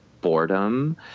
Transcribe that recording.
boredom